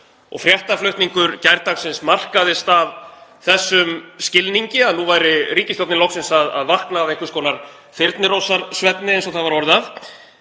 Fréttaflutningur gærdagsins markaðist af þessum skilningi, að nú væri ríkisstjórnin loksins að vakna af einhvers konar þyrnirósarsvefni, eins og það var orðað.